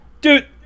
dude